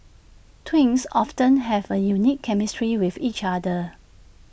twins often have A unique chemistry with each other